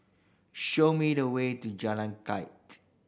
show me the way to Jalan